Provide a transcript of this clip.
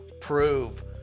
prove